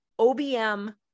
OBM